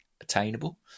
attainable